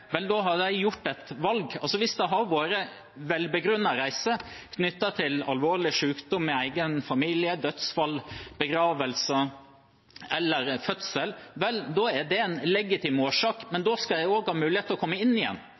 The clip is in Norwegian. da har de gjort et valg. Hvis det hadde vært en velbegrunnet reise, knyttet til alvorlig sykdom i egen familie, dødsfall, begravelse eller fødsel, da er det en legitim årsak, og da skal en også ha mulighet til å komme inn igjen.